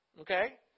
Okay